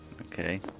Okay